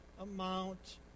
amount